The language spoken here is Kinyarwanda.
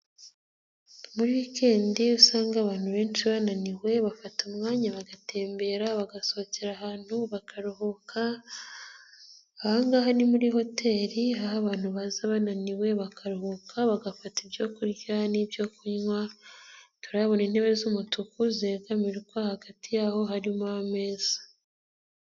Muri wikendi usanga abantu benshi bananiwe bafata umwanya bagatembera, bagasohokera ahantu, bakaruhuka, aha ngaha ni muri hoteli aho abantu baza bananiwe, bakaruhuka, bagafata ibyo kurya n'ibyo kunywa, turabona intebe z'umutuku zegamirwa hagati y'aho harimo ameza.